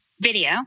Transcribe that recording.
Video